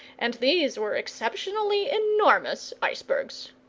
and these were exceptionally enormous icebergs.